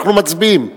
אנחנו מצביעים.